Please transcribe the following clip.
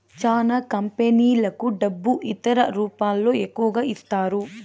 చానా కంపెనీలకు డబ్బు ఇతర రూపాల్లో ఎక్కువగా ఇస్తారు